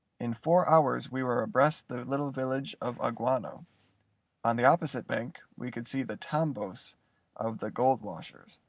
in four hours we were abreast the little village of aguano on the opposite bank we could see the tambos of the gold washers.